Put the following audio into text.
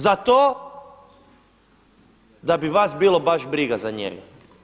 Za to da bi vas bilo baš briga za njega.